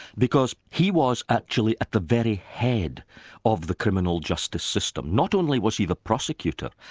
because he was actually at the very head of the criminal justice system. not only was he the prosecutor,